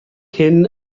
hyn